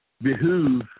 behoove